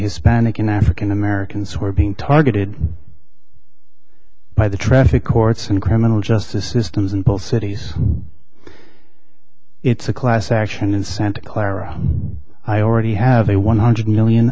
hispanic and african americans who are being targeted by the traffic courts and criminal justice systems in both cities it's a class action in santa clara i already have a one hundred million